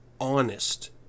honest